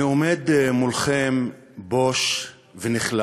אני עומד מולכם בוש ונכלם.